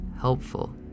helpful